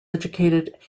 educated